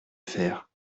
faire